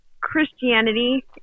Christianity